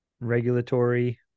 regulatory